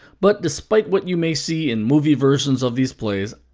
but despite what you may see in movie versions of these plays,